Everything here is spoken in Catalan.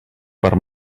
per